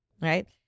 right